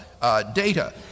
data